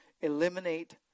eliminate